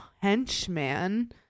henchman